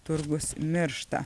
turgus miršta